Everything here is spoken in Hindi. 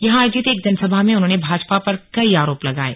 यहां आयोजित एक जनसभा में उन्होंने भाजपा पर कई आरोप लगाये